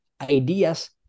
ideas